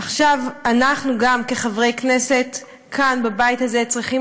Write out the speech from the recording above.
עכשיו אנחנו כחברי כנסת כאן בבית הזה גם צריכים